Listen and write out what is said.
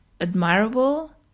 admirable